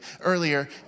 earlier